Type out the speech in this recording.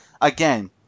again